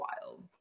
wild